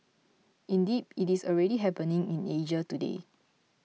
indeed it is already happening in Asia today